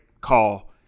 call